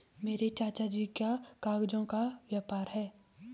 मेरे चाचा जी का कागजों का व्यापार है